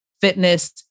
fitness